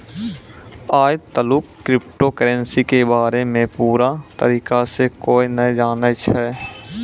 आय तलुक crypto currency के बारे मे पूरा तरीका से कोय नै जानै छै